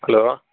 hello